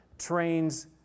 trains